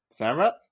Samrat